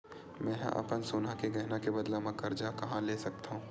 मेंहा अपन सोनहा के गहना के बदला मा कर्जा कहाँ ले सकथव?